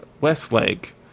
Westlake